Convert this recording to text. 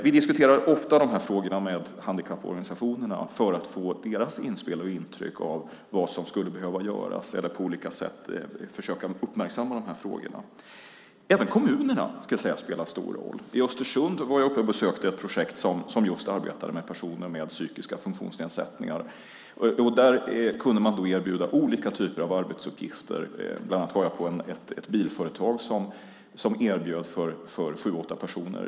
Vi diskuterar ofta dessa frågor med handikapporganisationerna för att få deras inspel och intryck av vad som skulle behöva göras eller för att på olika sätt försöka uppmärksamma dessa frågor. Även kommunerna spelar stor roll. I Östersund besökte jag ett projekt som arbetar just med personer med psykiska funktionsnedsättningar. Där kunde man erbjuda olika typer av arbetsuppgifter. Jag var bland annat på ett bilföretag som erbjöd arbete för sju åtta personer.